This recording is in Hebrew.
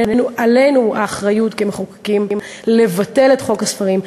עלינו האחריות כמחוקקים לבטל את חוק הספרים,